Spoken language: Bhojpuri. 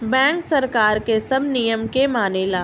बैंक सरकार के सब नियम के मानेला